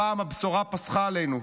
הפעם הבשורה פסחה עלינו.